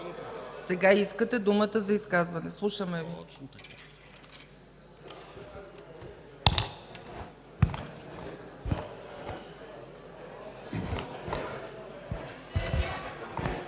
Сега искате думата за изказване – слушаме Ви.